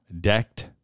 Decked